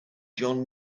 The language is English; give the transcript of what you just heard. john